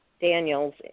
Daniels